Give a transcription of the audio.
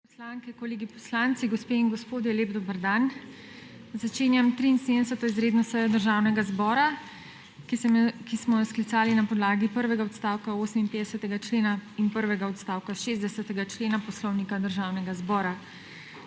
poslanke, kolegi poslanci, gospe in gospodje, lep dober dan! Začenjam 73. izredno sejo Državnega zbora, ki smo jo sklicali na podlagi prvega odstavka 58. člena in prvega odstavka 60. člena Poslovnika Državnega zbora.